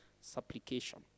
supplication